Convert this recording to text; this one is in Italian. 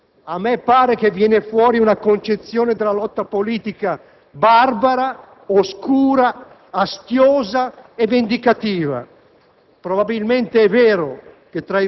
ancora il suo DNA profondo, antistituzionale, populista ed intollerante nei confronti delle regole democratiche.